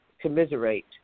commiserate